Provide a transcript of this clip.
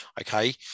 okay